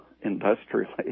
industrially